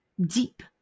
deep